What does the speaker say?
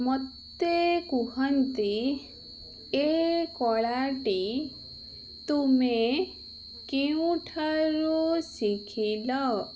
ମୋତେ କୁହନ୍ତି ଏ କଳାଟି ତୁମେ କେଉଁଠାରୁ ଶିଖିଲ